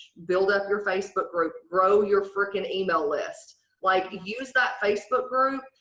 build up your facebook group. grow your freaking email list like use that facebook group.